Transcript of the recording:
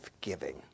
giving